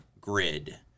grid